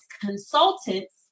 consultants